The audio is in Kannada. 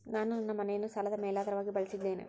ನಾನು ನನ್ನ ಮನೆಯನ್ನು ಸಾಲದ ಮೇಲಾಧಾರವಾಗಿ ಬಳಸಿದ್ದೇನೆ